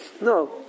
no